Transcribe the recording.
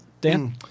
Dan